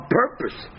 purpose